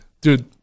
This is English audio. dude